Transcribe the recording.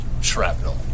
shrapnel